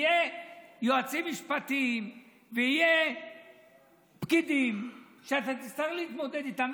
ויהיו יועצים משפטיים ויהיו פקידים שאתה תצטרך להתמודד איתם,